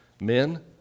Men